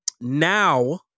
now